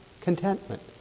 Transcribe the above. contentment